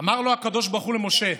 אמר הקדוש ברוך הוא למשה: